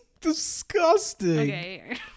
disgusting